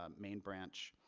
um main branch,